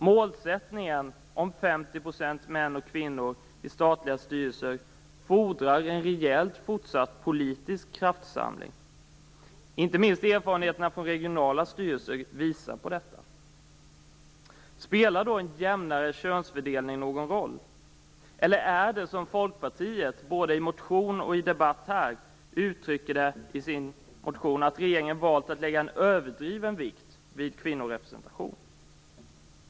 Målsättningen om 50 % män och 50 % kvinnor i statliga styrelser fordrar en rejäl fortsatt politisk kraftsamling. Inte minst erfarenheterna från regionala styrelser visar på detta. Spelar då en jämnare könsfördelning någon roll, eller är det som Folkpartiet både i sin motion och i debatten här uttrycker det, nämligen att regeringen har valt att lägga en överdriven vikt vid kvinnorepresentation?